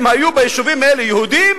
אם היו ביישובים האלה יהודים,